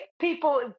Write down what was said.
people